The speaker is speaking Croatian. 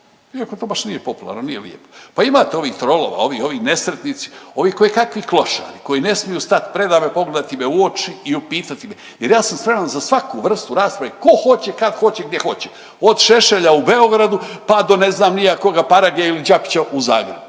iako to baš nije popularno, nije lijepo. Pa imate ovih trolova, ovi nesretnici, ovi koje kakvi klošari koji ne smiju stat preda me, pogledati me u oči i upitati jer ja sam spreman za svaku vrstu rasprave tko hoće, kad hoće, gdje hoće od Šešelja u Beogradu, pa do ne znam ni ja koga Parage ili Đapića u Zagrebu